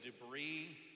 debris